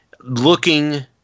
Looking